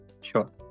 Sure